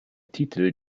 titel